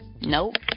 Nope